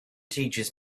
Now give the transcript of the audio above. teaches